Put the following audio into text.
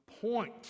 point